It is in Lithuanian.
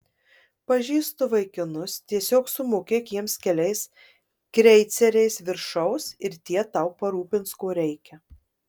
pažįstu vaikinus tiesiog sumokėk jiems keliais kreiceriais viršaus ir tie tau parūpins ko reikia